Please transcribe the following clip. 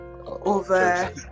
over